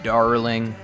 Darling